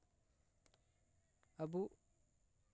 ᱟᱵᱚ